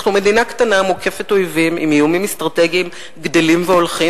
אנחנו מדינה קטנה מוקפת אויבים עם איומים אסטרטגיים גדלים והולכים,